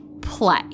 play